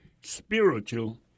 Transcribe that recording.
spiritual